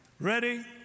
Ready